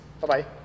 Bye-bye